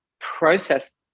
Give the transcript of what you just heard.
process